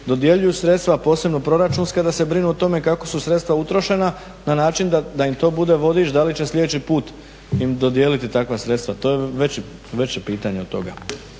dodjeljuju sredstva, posebno proračunska, da se brinu o tome kako su sredstva utrošena na način da im to bude vodič da li će sljedeći put im dodijeliti takva sredstva. To je veće pitanje od toga.